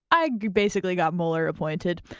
i basically got mueller appointed.